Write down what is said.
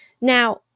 Now